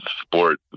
sport